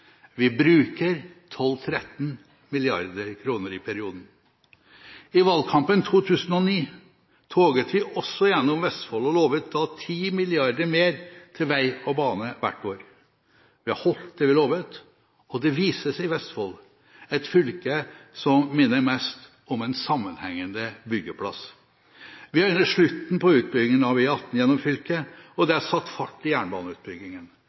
Vi bruker 12–13 mrd. kr i perioden. I valgkampen 2009 toget vi også gjennom Vestfold og lovet da 10 mrd. kr mer til vei og bane hvert år. Vi har holdt det vi lovet, og det vises i Vestfold, et fylke som minner mest om en sammenhengende byggeplass. Vi øyner slutten på utbyggingen av E18 gjennom fylket, og det er satt fart i jernbaneutbyggingen.